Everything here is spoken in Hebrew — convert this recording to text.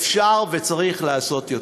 אפשר וצריך לעשות יותר.